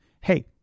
hey